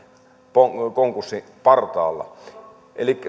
konkurssin partaalla